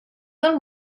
del